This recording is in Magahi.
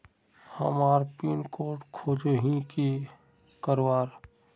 हमार पिन कोड खोजोही की करवार?